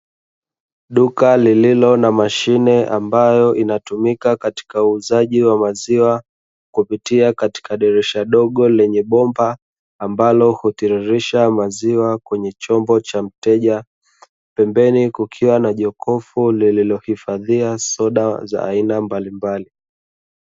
Duka lililo na mashine ambayo inatumika katika uuzaji wa maziwa, kupitia katika dirisha dogo lenye bomba ambalo hutiririsha maziwa kwenye chombo cha mteja, pembeni kukiwa na jokofu lililo hifadhia soda za aina mbalimbali.